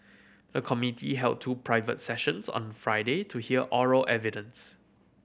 the committee held two private sessions on Friday to hear oral evidence